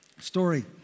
story